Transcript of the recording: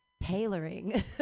tailoring